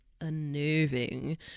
unnerving